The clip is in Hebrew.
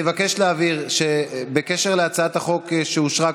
אני ממש מבקש שכשאתה ואנשי משרדך